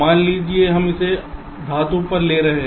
मान लीजिए कि हम इसे धातु पर ले जा रहे हैं